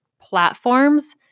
platforms